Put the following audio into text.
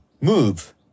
move